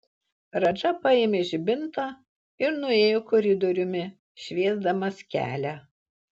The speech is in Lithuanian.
radža paėmė žibintą ir nuėjo koridoriumi šviesdamas kelią